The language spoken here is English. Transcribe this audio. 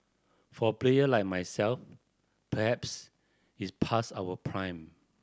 for player like myself perhaps it's past our prime